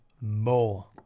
more